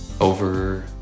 over